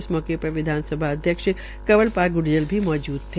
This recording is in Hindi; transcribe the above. इस मौके पर विधान सभा अध्यक्ष कंवर पाल ग्र्जर भी मौजूद थे